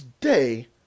day